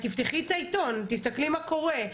תפתחי את העיתון, תסתכלי מה קורה.